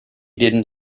didn’t